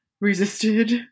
resisted